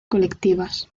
colectivas